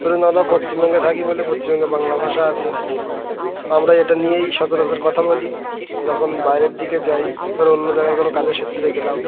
ধরুন আমরা পশ্চিমবঙ্গে থাকি বলে পশ্চিমবঙ্গে বাংলা ভাষা আছে তো আমরা এটা নিয়েই সচরাচর কথা বলি যখন বাইরের দিকে যাই ধরো অন্য জায়গায় কোনো কাজের সুত্রে গেলাম